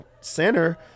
center